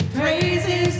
praises